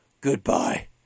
goodbye